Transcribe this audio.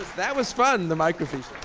that was fun, the microfiche.